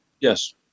Yes